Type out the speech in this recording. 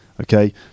okay